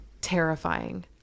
terrifying